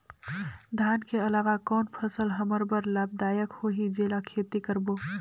धान के अलावा कौन फसल हमर बर लाभदायक होही जेला खेती करबो?